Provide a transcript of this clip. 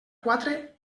quatre